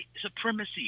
supremacy